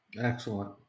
Excellent